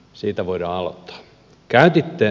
siitä voidaan aloittaa